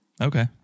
Okay